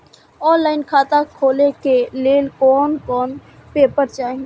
Online खाता खोले के लेल कोन कोन पेपर चाही?